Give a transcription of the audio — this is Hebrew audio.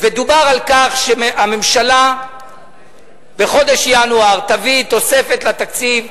ודובר על כך שבחודש ינואר הממשלה תביא תוספת לתקציב,